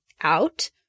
out